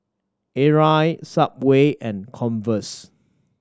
Arai Subway and Converse